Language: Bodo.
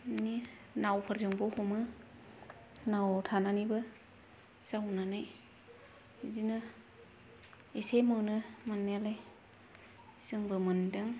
इदिनो नावफोरजोंबो हमो नावआव थानानैबो जावनानै इदिनो एसे मोनो मोननायालाय जोंबो मोन्दों